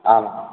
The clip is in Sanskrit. आं